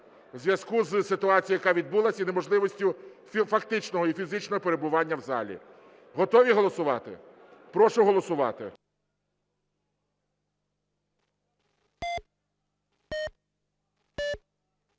у зв'язку із ситуацією, яка відбулася, і неможливості фактичного і фізичного перебування в залі. Готові голосувати? Прошу голосувати.